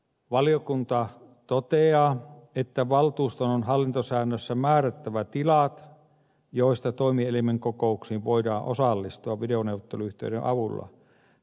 valiokunta toteaa että valtuuston on hallintosäännössä määrättävä tilat joista toimielimen kokouksiin voidaan osallistua videoneuvotteluyhteyden avulla